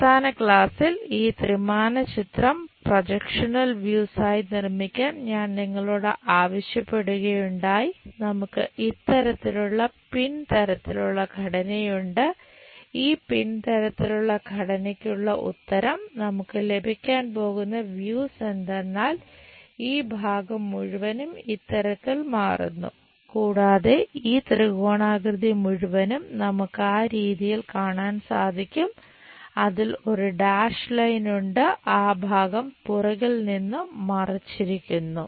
അവസാന ക്ലാസ്സിൽ ഈ ത്രിമാന ചിത്രം പ്രോജെക്ഷണൽ വ്യൂസ് ലൈൻ ഉണ്ട് ആ ഭാഗം പുറകിൽ നിന്ന് മറച്ചിരിക്കുന്നു